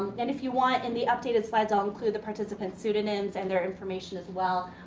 and if you want in the updated slides i'll include the participant's pseudonyms and their information as well.